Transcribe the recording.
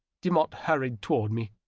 demotte hurried toward me.